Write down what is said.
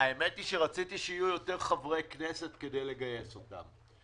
האמת שרציתי שיהיו יותר חברי כנסת כדי לגייס אותם,